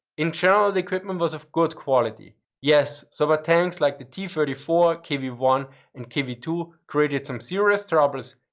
in general the equipment was of good quality. yes, soviet tanks like the t thirty four, kv one and kv two created some serious troubles,